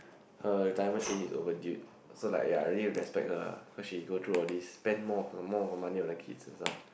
her retirement age is overdued so like ya I really respect her lah cause she go through all these spend more of her more of her money on the kids and stuff